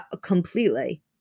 Completely